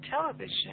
television